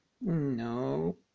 No